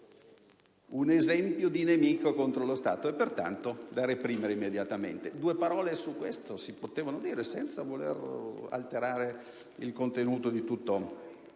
un esempio di nemico contro lo Stato e pertanto da reprimere immediatamente. Due parole su questo si potevano dire senza voler alterare il contenuto di tutto